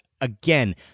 Again